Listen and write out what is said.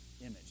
image